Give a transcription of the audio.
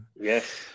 yes